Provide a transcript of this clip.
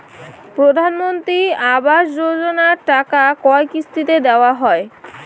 প্রধানমন্ত্রী আবাস যোজনার টাকা কয় কিস্তিতে দেওয়া হয়?